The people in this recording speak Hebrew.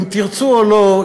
אם תרצו או לא,